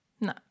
No